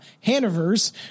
Hanover's